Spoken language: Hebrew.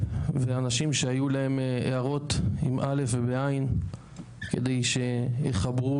ואנשים שהיו להם הערות והארות כדי שיחברו